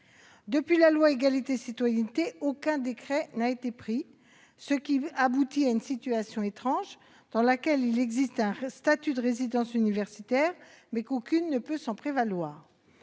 depuis la loi Égalité et citoyenneté, aucun décret n'a été pris, ce qui aboutit à une situation étrange dans laquelle il existe bien un statut pour les résidences universitaires, mais dont aucune résidence ne peut se prévaloir.